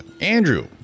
Andrew